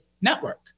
network